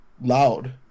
loud